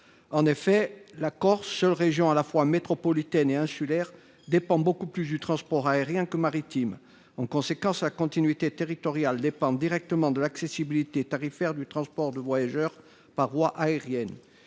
En effet, la Corse, seule région à la fois métropolitaine et insulaire, dépend beaucoup plus du transport aérien que du transport maritime. En conséquence, la continuité territoriale dépend directement de l’accessibilité tarifaire du transport de voyageurs par voie aérienne.